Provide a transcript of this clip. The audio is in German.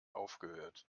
aufgehört